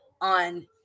on